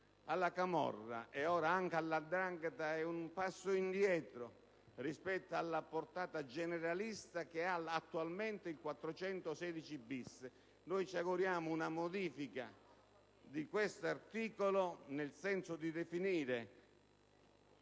alla camorra e ora anche alla 'ndrangheta è un passo indietro rispetto alla portata generalista che ha attualmente l'articolo 416-*bis*. Ci auguriamo una modifica di questo articolo nel senso di definire